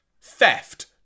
Theft